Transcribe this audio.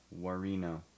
Warino